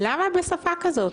למה בשפה כזו?